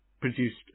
produced